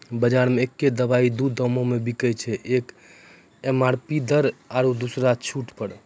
बजारो मे एक्कै दवाइ दू दामो मे बिकैय छै, एक एम.आर.पी दर आरु दोसरो छूट पर